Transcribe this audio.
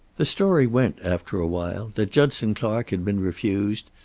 the story went, after a while, that judson clark had been refused,